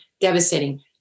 devastating